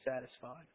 satisfied